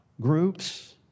groups